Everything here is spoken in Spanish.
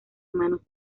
manos